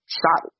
shot